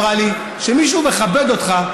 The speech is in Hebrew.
אמרה לי: כשמישהו מכבד אותך,